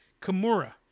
Kimura